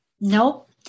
Nope